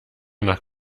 noch